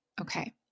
Okay